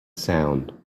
sound